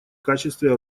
качестве